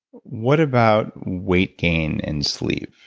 what about weight gain and sleep?